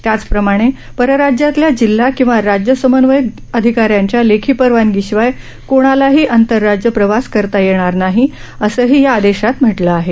त्याचप्रमाणे परराज्यातल्या जिल्हा किंवा राज्य समन्वयक अधिकाऱ्यांच्या लेखी परवानगी शिवाय कोणालाही आंतरराज्य प्रवास करता येणार नाही असेही या आदेशात म्हटलं आहे